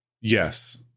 Yes